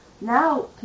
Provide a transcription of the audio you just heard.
Now